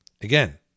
Again